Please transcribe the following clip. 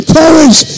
courage